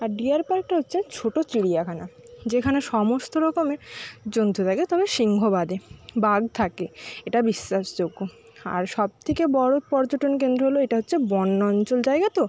আর deer পার্কটা হচ্ছে ছোটো চিড়িয়াখানা যেখানে সমস্ত রকমের জন্তু থাকে তবে সিংহ বাদে বাঘ থাকে এটা বিশ্বাসযোগ্য আর সব থেকে বড়ো পর্যটন কেন্দ্র হল এটা হচ্ছে বন্যাঞ্চল জায়গা তো